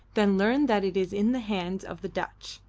then learn that it is in the hands of the dutch.